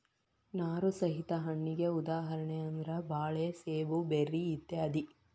ನಾರು ಸಹಿತ ಹಣ್ಣಿಗೆ ಉದಾಹರಣೆ ಅಂದ್ರ ಬಾಳೆ ಸೇಬು ಬೆರ್ರಿ ಇತ್ಯಾದಿ